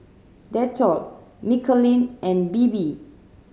Dettol Michelin and Bebe